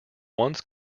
once